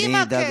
עם כסף,